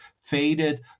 faded